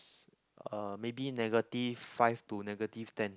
uh maybe negative five to negative ten